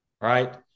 right